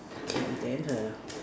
K then the